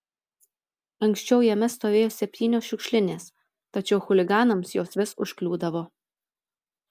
anksčiau jame stovėjo septynios šiukšlinės tačiau chuliganams jos vis užkliūdavo